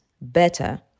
better